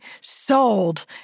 sold